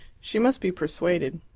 she must be persuaded.